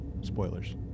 Spoilers